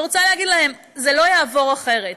ואני רוצה להגיד להם: זה לא יעבור אחרת.